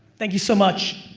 thank you so much.